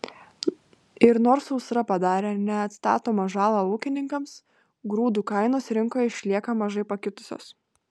ir nors sausra padarė neatstatomą žalą ūkininkams grūdų kainos rinkoje išlieka mažai pakitusios